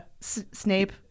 snape